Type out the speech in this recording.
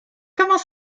comment